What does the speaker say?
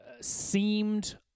seemed